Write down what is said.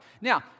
Now